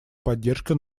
поддержка